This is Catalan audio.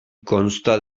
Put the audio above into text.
consta